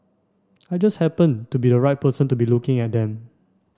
I just happened to be a right person to be looking at them